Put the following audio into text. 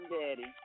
daddy